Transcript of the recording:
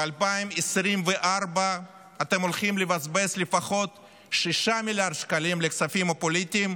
ב-2024 אתם הולכים לבזבז לפחות 6 מיליארד שקלים על הכספים הפוליטיים,